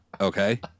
Okay